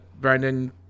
Brandon